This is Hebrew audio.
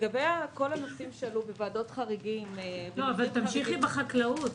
לגבי כל הנושאים שעלו על ועדות חריגים --- אבל תמשיכי לגבי החקלאות.